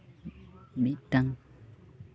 ᱢᱤᱫᱴᱟᱱ